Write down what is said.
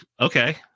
okay